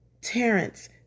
Terrence